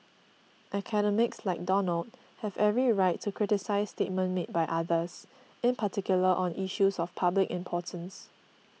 academics like Donald have every right to criticise statements made by others in particular on issues of public importance